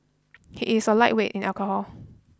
he is a lightweight in alcohol